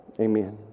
Amen